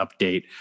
update